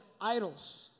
idols